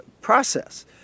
process